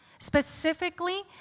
Specifically